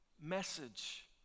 Message